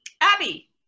Abby